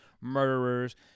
murderers